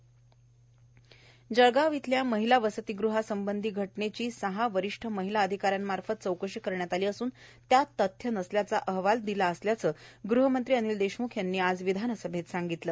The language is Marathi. जळगाव घटना जळगाव येथील महिला वसतीगृहासंबंधी घटनेची सहा वरिष्ठ महिला अधिकाऱ्यांमार्फत चौकशी करण्यात आली असून त्यात तथ्य नसल्याचा अहवाल दिला असल्याचे गृहमंत्री अनिल देशम्ख यांनी आज विधानसभेत सांगितले